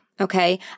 okay